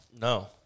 No